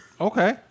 Okay